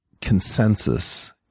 Consensus